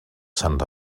sant